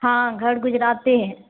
हँ घर गुजराते हय